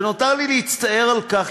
ונותר לי רק להצטער על כך,